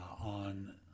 on